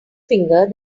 finger